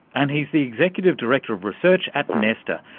and he's the executive director of research at nesta,